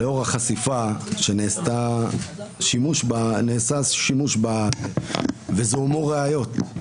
לאור החשיפה שנעשה שימוש וזוהמו ראיות,